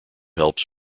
helps